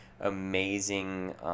amazing